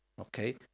okay